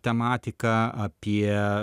tematiką apie